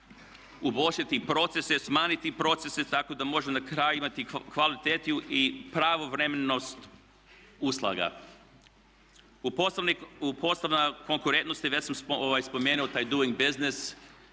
razumije./… procese, smanjiti procese tako da možemo na kraju imati kvalitetu i pravovremenost usluga. U poslovnoj konkurentnosti već sam spomenuo taj doing business,